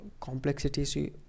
complexities